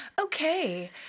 Okay